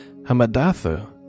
Hamadatha